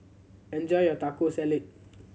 enjoy your Taco Salad